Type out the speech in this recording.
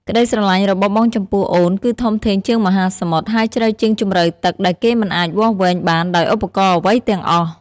ក្តីស្រឡាញ់របស់បងចំពោះអូន គឺធំធេងជាងមហាសមុទ្រ ហើយជ្រៅជាងជម្រៅទឹកដែលគេមិនអាចវាស់វែងបានដោយឧបករណ៍អ្វីទាំងអស់។